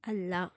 ಅಲ್ಲ